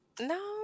No